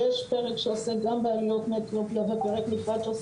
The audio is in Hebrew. יש פרק שעוסק גם בעליות מאתיופיה ופרק נפרד שעוסק